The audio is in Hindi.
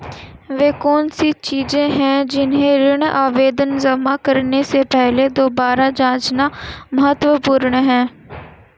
वे कौन सी चीजें हैं जिन्हें ऋण आवेदन जमा करने से पहले दोबारा जांचना महत्वपूर्ण है?